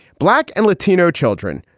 black and latino children,